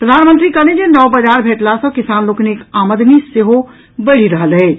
प्रधानमंत्री कहलनि जे नव बाजार भेटला सँ किसान लोकनिक आमदनी सेहो बढ़ि रहल अछि